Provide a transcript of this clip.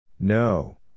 No